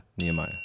Nehemiah